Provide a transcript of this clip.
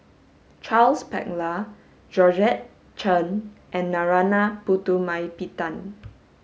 Charles Paglar Georgette Chen and Narana Putumaippittan